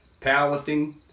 Powerlifting